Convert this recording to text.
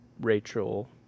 Rachel